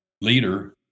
leader